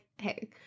hey